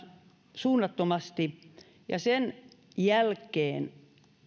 suunnattomasti ja sen jälkeen